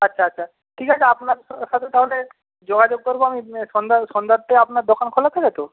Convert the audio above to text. আচ্ছা আচ্ছা ঠিক আছে আপনার সাথে তাহলে যোগাযোগ করব আমি সন্ধ্যা সন্ধ্যাতে আপনার দোকান খোলা থাকে তো